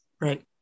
Right